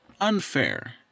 unfair